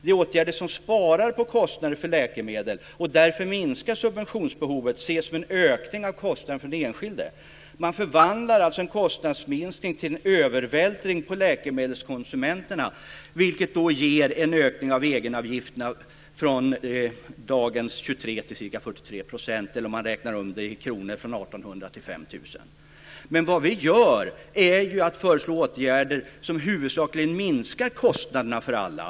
De åtgärder som sparar på kostnader för läkemedel, och därför minskar subventionsbehovet, ses som en ökning av kostnaden för den enskilde. Man förvandlar alltså en kostnadsminskning till en övervältring på läkemedelskonsumenterna, vilket då ger en ökning av egenavgifterna från dagens 23 % till ca 43 % eller, om man räknar om det i kronor, från 1 800 kr till Men vad vi gör är ju att föreslå åtgärder som huvudsakligen minskar kostnaderna för alla.